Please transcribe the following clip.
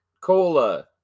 Cola